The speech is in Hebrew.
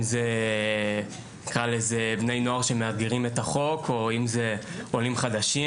אם זה נקרא לזה בני נוער שמאתגרים את החוק או אם זה עולים חדשים,